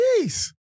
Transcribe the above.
Jeez